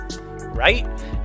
Right